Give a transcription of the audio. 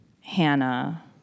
Hannah